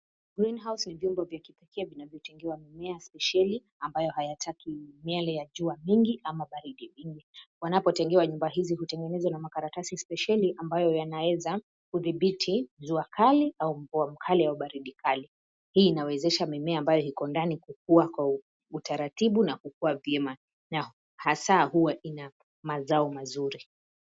Greenhouse ni vyumba vya kipekee vinavyotengewa mimea spesheli ambayo hayataki miale ya jua vingi ama baridi vingi. Panapotengewa nyumba hizi hutengenezwa na makaratasi spesheli ambayo yanaweza kudhibiti jua kali au mvua mkali au baridi kali. Hii inawezesha mimea ambayo yako ndani kukua kwa utaratibu na kukua vyema na hasa huwa ina mazao mazuri.